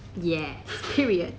yes period